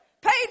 Paid